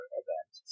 event